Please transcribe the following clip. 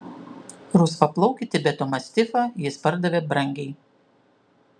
rusvaplaukį tibeto mastifą jis pardavė brangiai